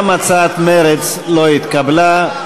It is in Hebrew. גם הצעת מרצ לא התקבלה.